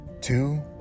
two